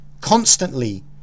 constantly